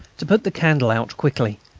to put the candle out quickly.